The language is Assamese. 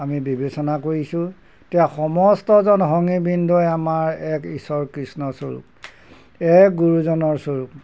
আমি বিবেচনা কৰিছোঁ এতিয়া সমস্ত সংগীবৃন্দই আমাৰ এক ঈশ্বৰ কৃষ্ণস্বৰূপ এক গুৰুজনৰ স্বৰূপ